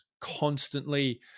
constantly